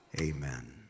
Amen